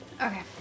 Okay